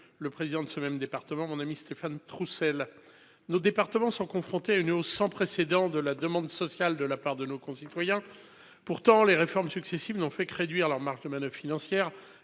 le président de ce département, Stéphane Troussel. Nos départements sont confrontés à une hausse sans précédent de la demande sociale de la part de nos concitoyens. Pourtant, les réformes successives n’ont fait que réduire leurs marges de manœuvre financières